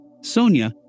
Sonia